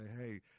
hey